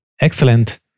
Excellent